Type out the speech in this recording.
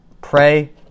pray